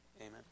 Amen